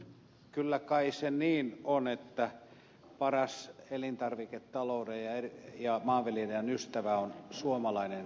kyllä kai se niin on että paras elintarviketalouden ja maanviljelijän ystävä on suomalainen kuluttaja